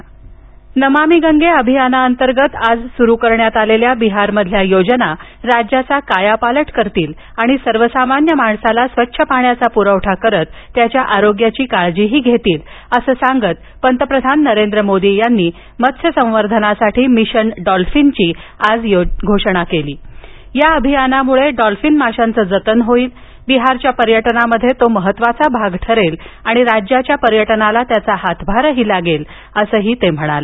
मोदी बिहार प्रकल्प नमामि गंगे अभियानाअंतर्गत आज सुरू करण्यात आलेल्या बिहारमधील योजना राज्याचा कायापालट करतील आणि सर्वसामान्य माणसाला स्वच्छ पाण्याचा पुरवठा करत त्याच्या आरोग्याची काळजीही घेतील असं सांगत पंतप्रधान नरेंद्र मोदी यांनी मत्स्य संवर्धनासाठी मिशन डॉल्फिन ची आज घोषणा केली या अभियानामुळे डॉल्फिन माशांच जतन होईल आणि बिहारच्या पर्यटनामध्ये तो महत्त्वाचा भाग ठरेल त्याचा पर्यटनाला हातभार लागेल असं ते म्हणाले